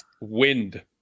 Wind